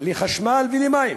ואדי-אלנעם לחשמל ולמים?